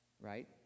right